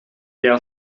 der